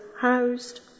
housed